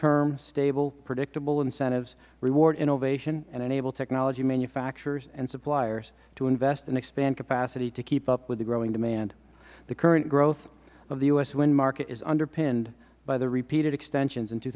term stable predictable incentives reward innovation and enable technology manufactures and suppliers to invest and expand capacity to keep up with the growing demand the current growth of the u s wind market is underpinned by the repeated extensions in two